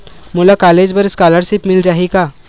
मोला कॉलेज बर स्कालर्शिप मिल जाही का?